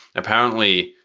apparently,